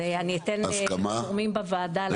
זה אני אתן לגורמים בוועדה להגיד.